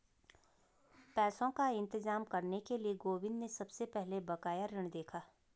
पैसों का इंतजाम करने के लिए गोविंद ने सबसे पहले बकाया ऋण देखा